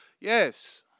Yes